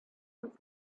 with